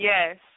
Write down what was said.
Yes